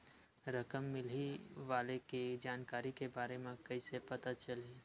रकम मिलही वाले के जानकारी के बारे मा कइसे पता चलही?